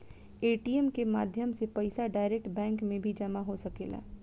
ATM के माध्यम से पईसा डायरेक्ट बैंक में भी जामा हो सकेला